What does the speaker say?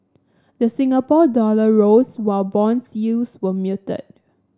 the Singapore dollar rose while bond yields were muted